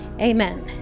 amen